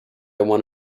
one